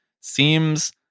seems